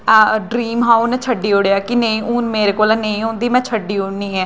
dream हा उ'न्नै छड्ढी ओड़ेआ कि नेईं हून मेरा नेईं होंदी में छड्ढी ओड़नी ऐ